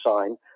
sign